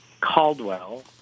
Caldwell